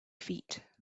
feet